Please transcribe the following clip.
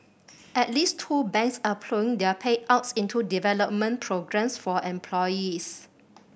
at least two banks are ploughing their payouts into development programmes for employees